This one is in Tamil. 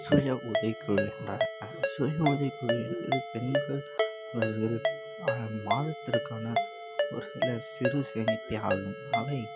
சுய உதவிக் குழு என்றால் என்ன சுய உதவிக் குழு என்பது பெண்கள் அவர்கள் மாதத்திற்கான ஒரு சில சிறு சேமிப்பே ஆகும் அவை